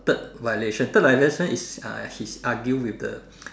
third violation third violation is uh she argue with the